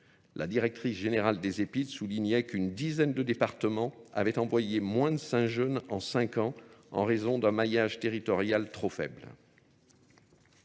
La directrice générale des EPID soulignait qu'une dizaine de départements avaient envoyé moins de Saint-Jeune en cinq ans en raison d'un maillage territorial trop faible.